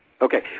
Okay